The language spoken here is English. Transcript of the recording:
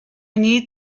need